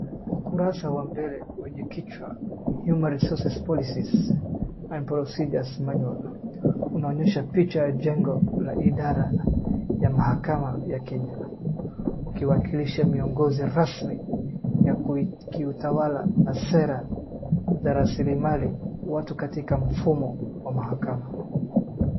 Ukurasa wa mbele wenye kichwa, "Human Resources Policies and Procedures Manual" , unaonyesha picha ya jengo la idara ya mahakama ya Kenya, ukiwakilisha miongozo rasmi ya kiutawala na sera za rasilimali watu katika mfumo wa mahakama.